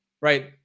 right